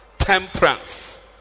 Temperance